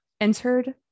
entered